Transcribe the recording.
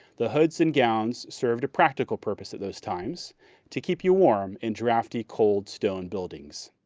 the hoods and gowns served a practical purpose of those times to keep you warm in drafty, cold stone buildings.